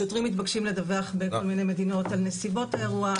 שוטרים מתבקשים לדווח בכל מיני מדינות על נסיבות האירוע,